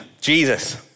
Jesus